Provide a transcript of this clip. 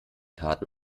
taten